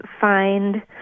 find